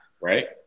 Right